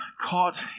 caught